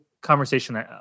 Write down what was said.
conversation